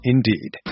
Indeed